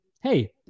hey